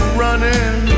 running